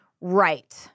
right